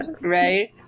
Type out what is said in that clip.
Right